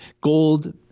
gold